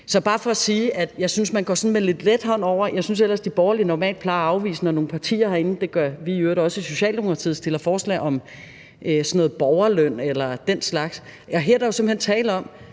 er bare for at sige, at jeg synes, man sådan går med lidt let hånd over det. Jeg synes ellers, de borgerlige normalt plejer at afvise, når nogen partier herinde, og det gør vi i øvrigt også i Socialdemokratiet, stiller forslag om sådan noget borgerløn eller den slags. Her er der jo simpelt hen tale om,